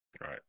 Right